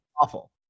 Awful